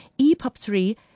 EPUB3